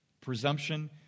Presumption